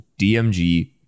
DMG